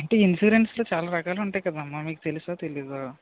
అంటే ఇన్సూరెన్స్లో చాలా రకాలు ఉంటాయి కదా అమ్మ మీకు తెలుసో తెలీదో